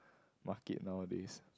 market nowadays